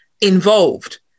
involved